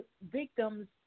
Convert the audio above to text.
victims